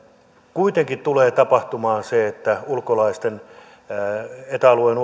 kuitenkin tulee tapahtumaan se että ulkolaisten eta alueen